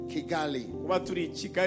Kigali